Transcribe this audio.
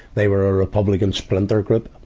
they were a republican splinter group.